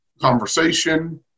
conversation